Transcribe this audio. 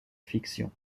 fiction